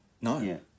No